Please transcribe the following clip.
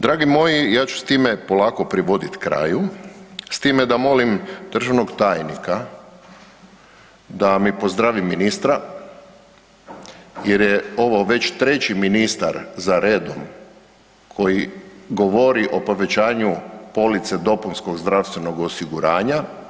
Dragi moji, ja ću s time polako privoditi kraju s time da molim državnog tajnika da mi pozdravi ministra, jer je ovo već treći ministar za redom koji govori o povećanju police dopunskog zdravstvenog osiguranja.